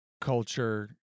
culture